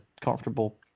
comfortable